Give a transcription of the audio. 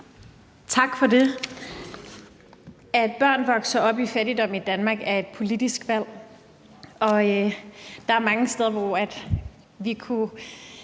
Tak for det. At børn vokser op i fattigdom i Danmark, er et politisk valg, og der er mange steder, hvor vi kunne